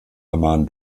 amman